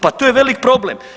Pa to je velik problem.